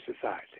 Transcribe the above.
society